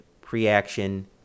pre-action